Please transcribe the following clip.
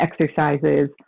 exercises